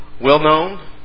well-known